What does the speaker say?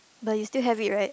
but you still have it right